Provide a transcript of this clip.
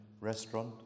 restaurant